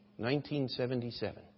1977